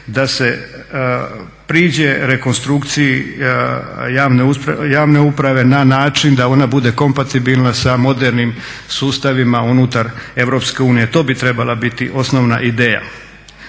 da se priđe rekonstrukciji javne uprave na način da ona bude kompatibilna sa modernim sustavima unutar Europske unije. To bi trebala biti osnovna ideja.